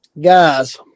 guys